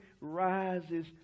rises